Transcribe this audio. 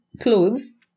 clothes